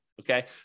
Okay